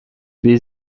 wie